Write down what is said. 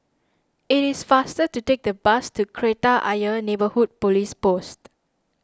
it is faster to take the bus to Kreta Ayer Neighbourhood Police Post